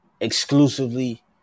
exclusively